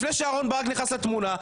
לפני שאהרן ברק נכנס לתמונה.